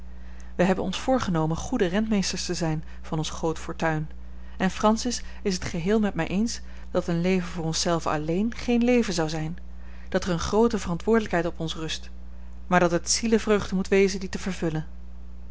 wij hebben ons voorgenomen goede rentmeesters te zijn van ons groot fortuin en francis is het geheel met mij eens dat een leven voor ons zelven alleen geen leven zou zijn dat er eene groote verantwoordelijkheid op ons rust maar dat het zielevreugde moet wezen die te vervullen